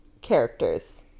characters